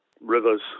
rivers